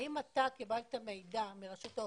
האם אתה קיבלת מידע מרשות האוכלוסין,